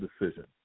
decision